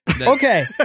okay